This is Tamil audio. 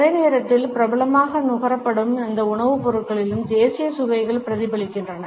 அதே நேரத்தில் பிரபலமாக நுகரப்படும் அந்த உணவுப் பொருட்களிலும் தேசிய சுவைகள் பிரதிபலிக்கின்றன